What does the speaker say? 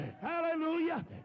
hallelujah